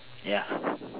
ya